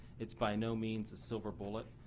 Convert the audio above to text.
it's by no means the silver bullet,